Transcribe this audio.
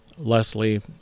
leslie